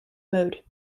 mode